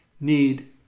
need